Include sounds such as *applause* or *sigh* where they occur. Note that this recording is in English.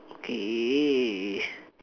okay *breath*